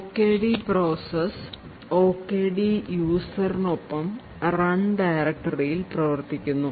OKD process OKD userനൊപ്പം run ഡയറക്ടറിയിൽ പ്രവർത്തിക്കുന്നു